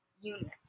unit